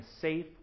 safe